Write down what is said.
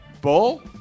Bull